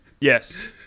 Yes